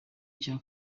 cya